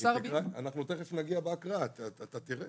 תיכף נגיע בהקראה ואתה תראה.